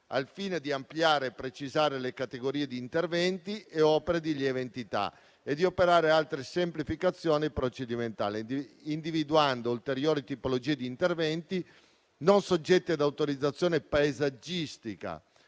al fine di ampliare e precisare le categorie di interventi e opere di lieve entità e di operare altre semplificazioni procedimentali, individuando ulteriori tipologie di interventi non soggetti ad autorizzazione paesaggistica